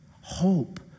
Hope